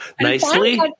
nicely